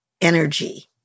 energy